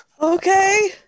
Okay